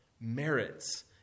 merits